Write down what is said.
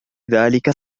ذلك